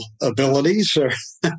abilities